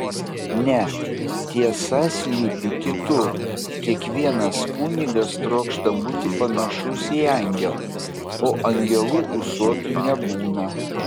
ne tiesa slypi kitur kiekvienas kunigas trokšta būti panašus į angelą o angelų ūsuotų nebūna